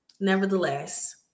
Nevertheless